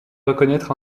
reconnaître